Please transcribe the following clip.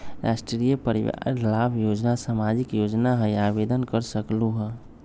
राष्ट्रीय परिवार लाभ योजना सामाजिक योजना है आवेदन कर सकलहु?